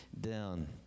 down